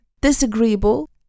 disagreeable